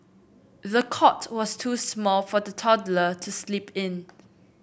the cot was too small for the toddler to sleep in